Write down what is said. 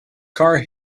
car